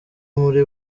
muri